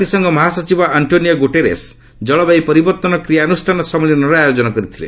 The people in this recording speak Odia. ଜାତିସଂଘ ମହାସଚିବ ଆଷ୍ଟ୍ରୋନିଓ ଗୁଟେରସ୍ ଜଳବାୟୁ ପରିବର୍ତ୍ତନ କ୍ରିୟାନୁଷ୍ଠାନ ସମ୍ମିଳନୀର ଆୟୋଜନ କରିଥିଲେ